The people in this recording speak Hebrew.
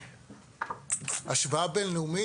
השוואה בין-לאומית,